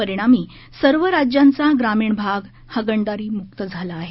परिणामी सर्व राज्यांचा ग्रामीण भाग हागणदरीमुक झाला आहे